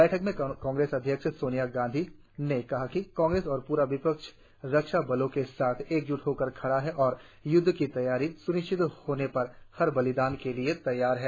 बैठक में कांग्रेस अध्यक्ष सोनिया गांधी ने कहा कि कांग्रेस और पूरा विपक्ष रक्षा बलों के साथ एकज्ट होकर खडा है और युद्ध की तैयारी स्निश्चित होने पर हर बलिदान के लिये तैयार है